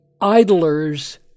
idlers